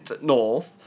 North